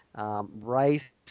Rice